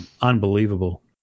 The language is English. unbelievable